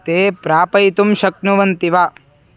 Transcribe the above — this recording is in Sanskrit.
ते प्रापयितुं शक्नुवन्ति वा